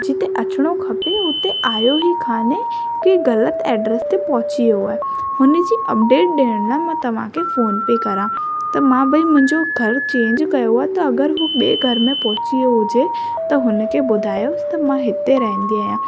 जिते अचिणो खपे उते आयो ई कोन्हे की ग़लति एड्रस ते पहुची वियो आहे हुनजी अपडेट ॾियण लाइ मां तव्हांखे फोन पई करां त मां भई मुंहिंजो घर चेंज कयो आहे त अगरि हू ॿिए घर में पहुची हुजे त हुन खे ॿुधायोस त मां हिते रहंदी आहियां